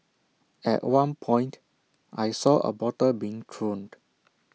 at one point I saw A bottle being thrown